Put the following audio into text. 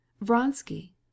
Vronsky